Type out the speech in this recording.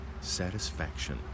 Satisfaction